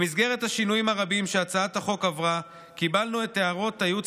במסגרת השינויים הרבים שהצעת החוק עברה קיבלנו את הערות הייעוץ